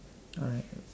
alright